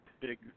big